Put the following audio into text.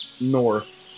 north